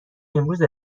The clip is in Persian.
امروز